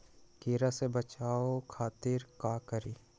कीरा से बचाओ खातिर का करी?